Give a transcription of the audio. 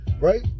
Right